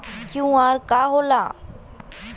QR का होला?